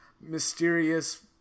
mysterious